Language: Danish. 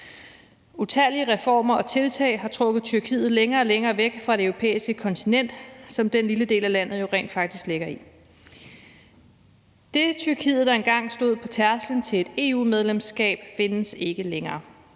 Utallige reformer og tiltag har trukket Tyrkiet længere og længere væk fra det europæiske kontinent, som den lille del af landet jo rent faktisk ligger i. Det Tyrkiet, der engang stod på tærsklen til et EU-medlemskab, findes ikke længere.